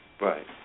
Right